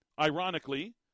Ironically